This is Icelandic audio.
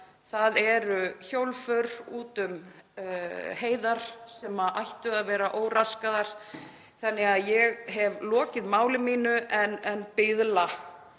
það eru hjólför út um heiðar sem ættu að vera óraskaðar. Ég hef lokið máli mínu en biðla